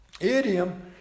Idiom